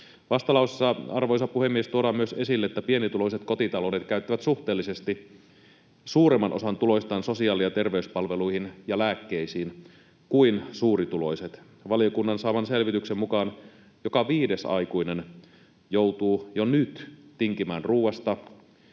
Vastalauseessa, arvoisa puhemies, tuodaan myös esille, että pienituloiset kotitaloudet käyttävät suhteellisesti suuremman osan tuloistaan sosiaali- ja terveyspalveluihin ja lääkkeisiin kuin suurituloiset. Valiokunnan saaman selvityksen mukaan joka viides aikuinen joutuu jo nyt tinkimään ruuasta,